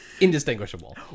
indistinguishable